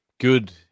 good